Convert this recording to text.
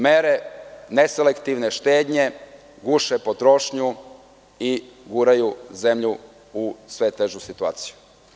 Mere neselektivne štednje guše potrošnju i guraju zemlju u sve težu situaciju.